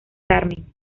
carmen